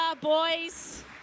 boys